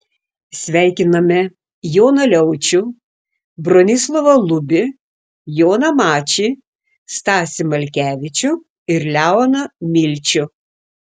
sveikiname joną liaučių bronislovą lubį joną mačį stasį malkevičių ir leoną milčių